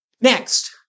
Next